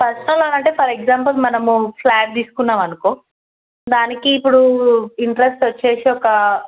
personal అనంటే for example మనము flat తీసుకున్నాం అనుకో దానికి ఇప్పుడు ఇంట్రస్ట్ వచ్చి ఒక